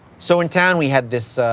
so in town, we had this